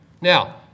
Now